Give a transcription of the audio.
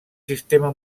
sistema